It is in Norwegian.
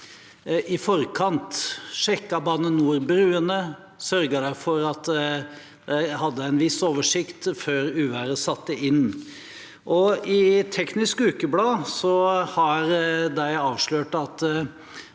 i forkant? Sjekket Bane NOR bruene? Sørget de for at de hadde en viss oversikt før uværet satte inn? Teknisk Ukeblad har avslørt at